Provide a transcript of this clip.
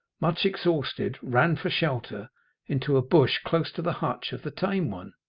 much exhausted, ran for shelter into a bush close to the hutch of the tame one.